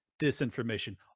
disinformation